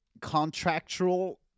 contractual